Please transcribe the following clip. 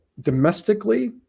domestically